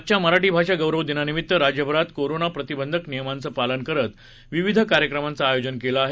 आजच्या मराठी भाषा गौरव दिनानिमीत्त राज्यभरात कोरोना प्रतिबंधक नियमांचं पालन करत विविध कार्यक्रमांचं आयोजन केलं आहे